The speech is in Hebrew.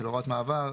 של הוראת מעבר.